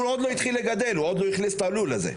הוא עוד לא התחיל לגדל, עוד לא הכניס את הלול הזה.